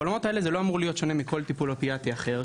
בעולמות האלה זה לא אמור להיות שונה מכל טיפול אופיאטי אחר,